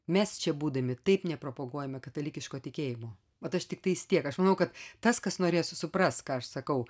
mes čia būdami taip nepropaguojame katalikiško tikėjimo vat aš tiktais tiek aš manau kad tas kas norės supras ką aš sakau